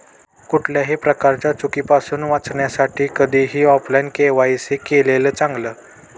कुठल्याही प्रकारच्या चुकीपासुन वाचण्यासाठी कधीही ऑफलाइन के.वाय.सी केलेलं चांगल